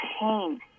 pain